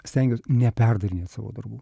stengiuos neperdarinėt savo darbų